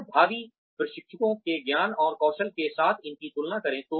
और भावी प्रशिक्षुओं के ज्ञान और कौशल के साथ इनकी तुलना करें